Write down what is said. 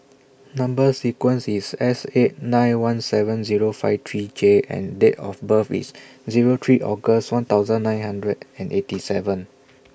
Number sequence IS S eight nine one seven Zero five three J and Date of birth IS Zero three August one thousand nine hundred and eighty seven